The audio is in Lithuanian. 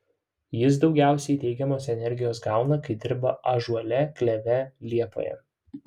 jis daugiausiai teigiamos energijos gauna kai dirba ąžuole kleve liepoje